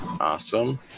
Awesome